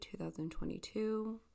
2022